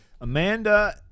Amanda